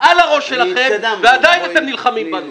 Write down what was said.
על הראש שלכם ועדיין אתם נלחמים בנו.